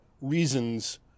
reasons